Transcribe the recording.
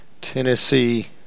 Tennessee